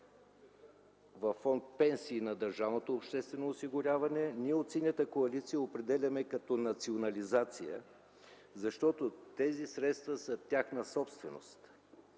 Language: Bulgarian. във фонд „Пенсии” на държавното обществено осигуряване ние от Синята коалиция определяме като национализация, защото тези средства са тяхна собственост.